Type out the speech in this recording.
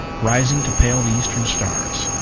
rising to pale the eastern stars.